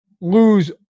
lose